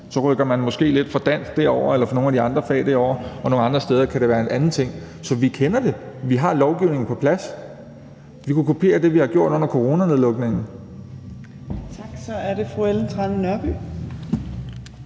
så rykker man måske lidt fra dansk eller fra nogle af de andre fag derover, og nogle andre steder kan det være en anden ting. Så vi kender det. Vi har lovgivningen på plads – vi kunne kopiere det, vi har gjort under coronanedlukningen. Kl. 15:20 Fjerde næstformand (Trine